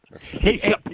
Hey